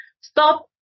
Stop